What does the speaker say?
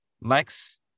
Lex